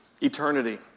eternity